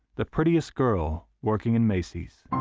the prettiest girl working in macy's.